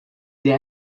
der